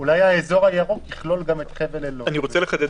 אני רוצה לחדד.